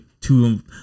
two